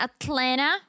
Atlanta